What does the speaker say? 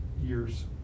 years